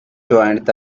joined